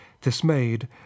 dismayed